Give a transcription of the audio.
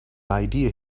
idea